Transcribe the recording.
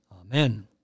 Amen